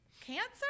Cancer